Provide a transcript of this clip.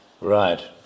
Right